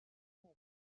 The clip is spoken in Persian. هستن